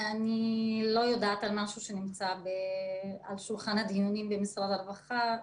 אני לא יודעת על משהו שנמצא על שולחן הדיונים במשרד הרווחה.